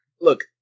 look